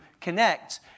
connect